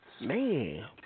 Man